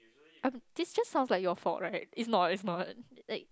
this just sounds like your fault right it's not it's not